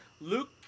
Luke